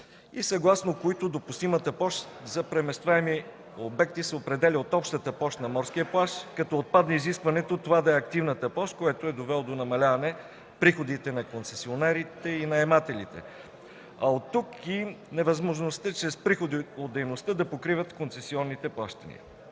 и съгласно които допустимата площ за преместваеми обекти се определя от общата площ на морския плаж, като отпадне изискването това да е активната площ, което е довело до намаляване приходите на концесионерите и наемателите, а оттук и невъзможността чрез приходи от дейността да покриват концесионните плащания.